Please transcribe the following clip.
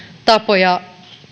tapoja